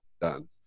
done